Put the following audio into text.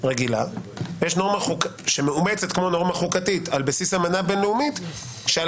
רגילה שמאומצת כמו נורמה חוקתית על בסיס אמנה בין-לאומית כשעל